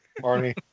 marty